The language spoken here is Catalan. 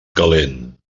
calent